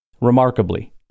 remarkably